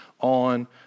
on